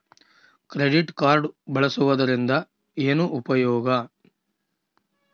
Credit card ಬಳಸುವದರಿಂದ ಏನು ಉಪಯೋಗ?